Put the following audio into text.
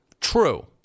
true